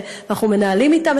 ואנחנו מנהלים את הוויכוח הזה,